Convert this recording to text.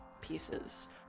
pieces